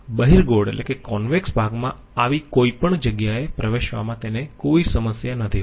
બહિર્ગોળ ભાગમાં આવી કોઈપણ જગ્યાએ પ્રવેશવામાં તેને કોઈ સમસ્યા નથી હોતી